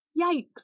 Yikes